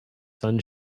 sun